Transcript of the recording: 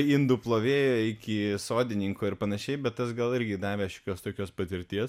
indų plovėjo iki sodininko ir panašiai bet tas gal irgi davė šitas laikas patirties